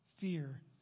fear